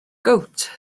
gowt